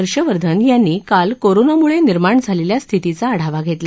हर्षवर्धन यांनी काल कोरोना म्ळं निर्माण झालेल्या स्थितीचा आढावा घेतला